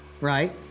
right